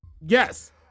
Yes